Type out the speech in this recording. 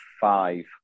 five